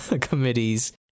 committees